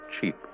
cheap